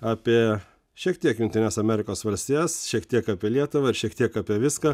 apie šiek tiek jungtines amerikos valstijas šiek tiek apie lietuvą ir šiek tiek apie viską